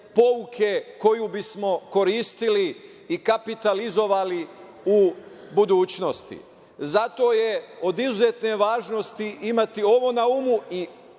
pouke koju bismo koristili i kapitalizovali u budućnosti. Zato je od izuzetne važnosti imati ovo na umu i